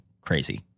Crazy